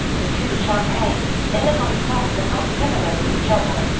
the two champaign, illinois songs are not similar to each other,